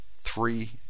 three